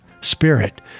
Spirit